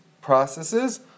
processes